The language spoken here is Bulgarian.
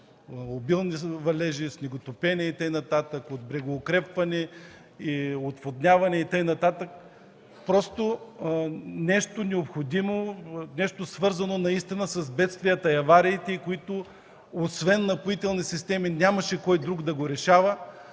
обилни валежи, снеготопене и така нататък, от брегоукрепване, отводняване и тъй нататък. Просто нещо необходимо, нещо свързано наистина с бедствията и авариите, които освен „Напоителни системи” нямаше кой друг да го решава,